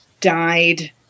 died